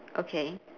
okay